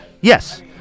yes